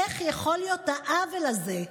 איך העוול הזה יכול להיות?